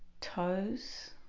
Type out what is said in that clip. Toes